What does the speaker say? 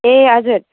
ए हजुर